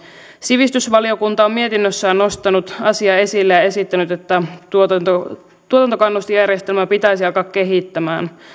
sivistysvaliokunta on mietinnössään nostanut asian esille ja esittänyt että tuotantokannustinjärjestelmää pitäisi alkaa kehittämään